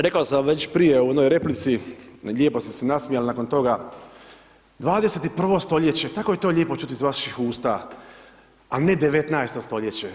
Rekao sam već prije u onoj replici, lijepo ste se nasmijali nakon toga, 21. stoljeće tako je to lijepo čuti iz vaših usta, a ne 19. stoljeće.